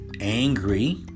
angry